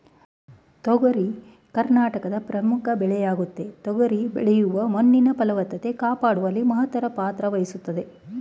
ತೊಗರಿ ಕರ್ನಾಟಕದ ಪ್ರಮುಖ ಬೆಳೆಯಾಗಯ್ತೆ ತೊಗರಿ ಬೆಳೆಯು ಮಣ್ಣಿನ ಫಲವತ್ತತೆ ಕಾಪಾಡುವಲ್ಲಿ ಮಹತ್ತರ ಪಾತ್ರವಹಿಸ್ತದೆ